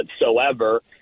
whatsoever